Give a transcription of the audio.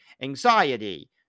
anxiety